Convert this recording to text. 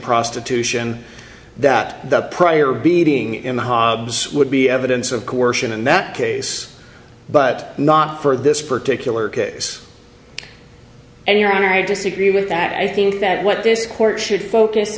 prostitution that the prior beating him hobbs would be evidence of coercion in that case but not for this particular case and your honor i disagree with that i think that what this court should focus